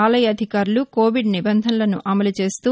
ఆలయ అధికారులు కోవిడ్ నిబంధనలను అమలు చేస్తూ